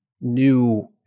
new